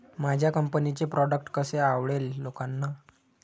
माझ्या कंपनीचे प्रॉडक्ट कसे आवडेल लोकांना?